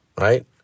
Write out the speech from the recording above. right